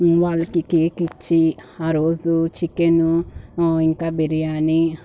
వాళ్ళకి కేక్ ఇచ్చి ఆరోజు చికెను ఇంకా బిర్యాని